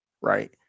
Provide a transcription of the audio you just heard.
Right